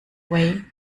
way